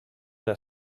are